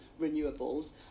renewables